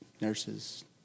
nurses